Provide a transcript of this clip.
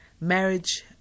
marriage